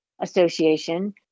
association